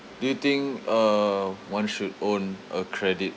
do you think uh one should own a credit